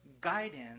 guidance